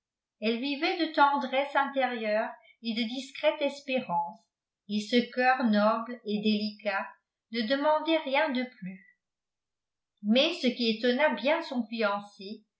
elle vivait de tendresse intérieure et de discrète espérance et ce coeur noble et délicat ne demandait rien de plus mais ce qui étonna bien son fiancé